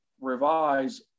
revise